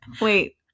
Wait